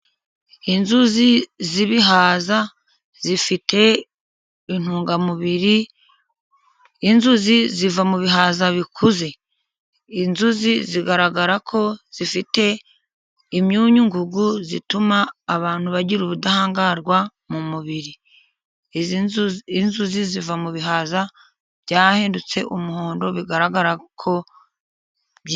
Inzuzi z'ibihaza zifite intungamubiri. Inzuzi ziva mu bihaza bikuze. Inzuzi zigaragara ko zifite imyunyungugu ituma abantu bagira ubudahangarwa mu mubiri. Inzuzi ziva mu bihaza byahindutse umuhondo bigaragara ko bikuze.